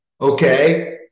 Okay